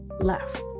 left